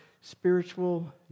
spiritual